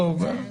לא.